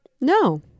No